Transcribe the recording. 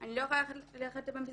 אני לא יכולה ללכת במסדרונות.